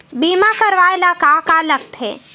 बीमा करवाय ला का का लगथे?